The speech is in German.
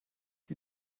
wie